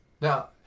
now